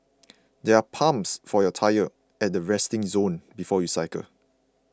there are pumps for your tyres at the resting zone before you cycle